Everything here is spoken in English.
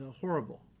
horrible